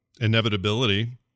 inevitability